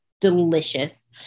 delicious